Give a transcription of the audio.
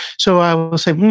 so, i will say,